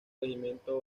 regimiento